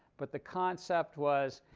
but the concept was,